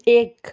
एक